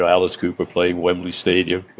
so alice cooper playing wembley stadium.